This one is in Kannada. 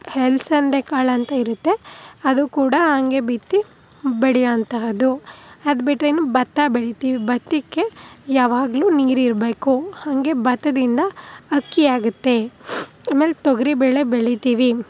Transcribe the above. ಹಲ್ಸಂದೆ ಕಾಳು ಅಂತ ಇರುತ್ತೆ ಅದು ಕೂಡ ಹಂಗೆ ಬಿತ್ತಿ ಬೆಳಿಯುವಂತಹದ್ದು ಅದು ಬಿಟ್ಟರೆ ಇನ್ನೂ ಭತ್ತ ಬೆಳಿತೀವಿ ಭತ್ತಕ್ಕೆ ಯಾವಾಗಲೂ ನೀರು ಇರ್ಬೇಕು ಹಾಗೆ ಭತ್ತದಿಂದ ಅಕ್ಕಿಯಾಗುತ್ತೆ ಆಮೇಲೆ ತೊಗರಿ ಬೇಳೆ ಬೆಳಿತೀವಿ